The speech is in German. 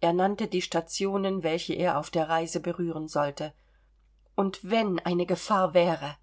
er nannte die stationen welche er auf der reise berühren sollte und wenn eine gefahr wäre